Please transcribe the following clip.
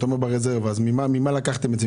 ממה לקחתם אותו?